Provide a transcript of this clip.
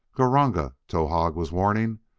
gr-r-ranga! towahg was warning.